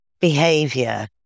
behavior